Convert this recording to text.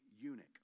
eunuch